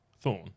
Thorn